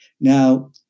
Now